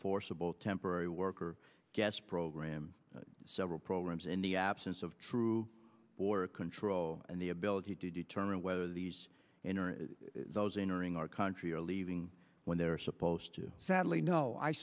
forceable temporary worker guest program several programs in the absence of true border control and the ability to determine whether these those entering our country are leaving when they're supposed to sadly no i